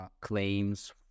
claims